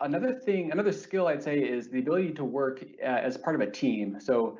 another thing, another skill i'd say is the ability to work as part of a team, so